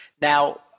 Now